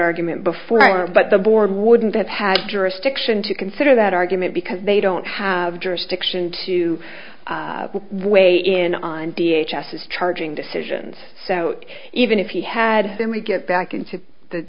argument before but the board wouldn't have had jurisdiction to consider that argument because they don't have jurisdiction to weigh in on d h s s charging decisions so even if he had them we get back into the